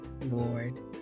Lord